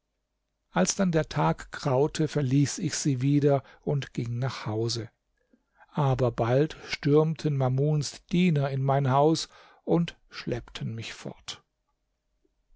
als dann der tag graute verließ ich sie wieder und ging nach hause aber bald stürmten mamuns diener in mein haus und schleppten mich fort